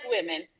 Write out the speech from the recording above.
women